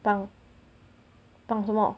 绑绑什么